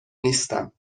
نیستم